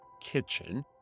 Kitchen